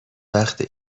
وقت